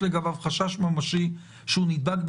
בשביל לוודא שבאותה תקופה אנחנו יודעים בדיוק מי נדבק ומי לא נדבק.